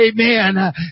amen